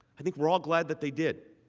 i think we are all glad that they did.